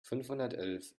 fünfhundertelf